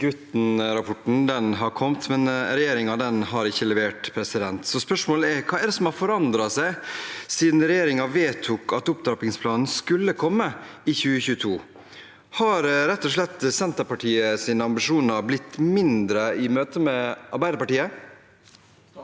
Grytten-rapporten har kommet, men regjeringen har ikke levert. Så spørsmålet er: Hva er det som har forandret seg siden regjeringen vedtok at opptrappingsplanen skulle komme i 2022? Har rett og slett Senterpartiets ambisjoner blitt mindre i møte med Arbeiderpartiet?